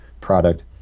product